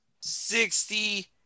Sixty